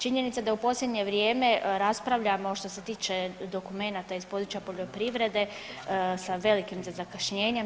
Činjenica da u posljednje vrijeme raspravljamo što se tiče dokumenata iz područja poljoprivrede sa velikim zakašnjenjem.